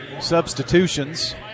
substitutions